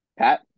Pat